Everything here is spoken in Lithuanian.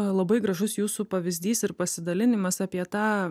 labai gražus jūsų pavyzdys ir pasidalinimas apie tą